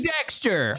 Dexter